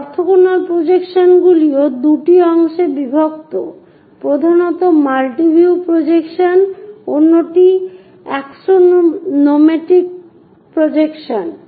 এই অর্থোগোনাল প্রজেকশনগুলিও দুটি অংশে বিভক্ত প্রধানত মাল্টি ভিউ প্রজেকশন অন্যটি অ্যাক্সোনোমেট্রিক প্রজেকশন